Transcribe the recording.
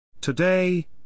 Today